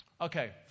Okay